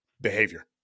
behavior